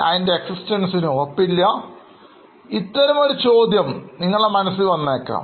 അതിൻറെ existence ഉറപ്പില്ല ഇത്തരം ഒരു ചോദ്യം നിങ്ങളുടെ മനസ്സിൽ വന്നേക്കാം